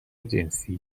جنسی